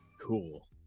Cool